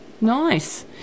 Nice